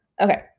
okay